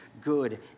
good